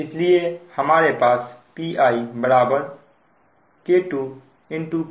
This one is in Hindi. इसलिए हमारे पास Pi K2 Pmax sinm1 है